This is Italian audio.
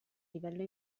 livello